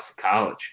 College